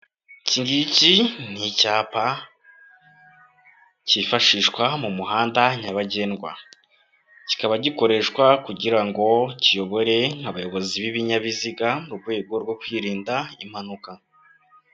Iki ngiki ni icyapa cyifashishwa mu muhanda nyabagendwa. Kikaba gikoreshwa kugira ngo kiyobore abayobozi b'ibinyabiziga, mu rwego rwo kwirinda impanuka.